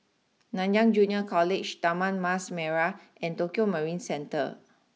Nanyang Junior College Taman Mas Merah and Tokio Marine Center